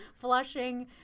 flushing